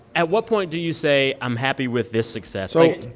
at what point do you say, i'm happy with this success? so.